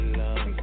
love